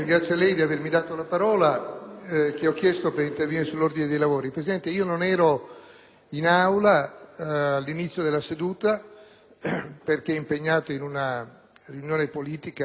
in Aula ad inizio seduta perché impegnato in una riunione politica importante, tra l'altro su un tema lungamente dibattuto in Aula stamattina,